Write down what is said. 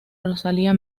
rosalía